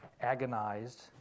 agonized